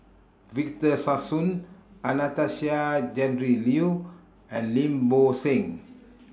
Victor Sassoon Anastasia Tjendri Liew and Lim Bo Seng